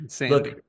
look